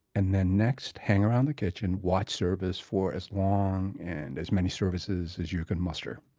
and then next hang around the kitchen, watch service for as long and as many services as you can muster.